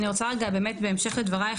אני רוצה רגע באמת בהמשך לדברייך,